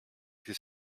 this